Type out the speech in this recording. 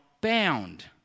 bound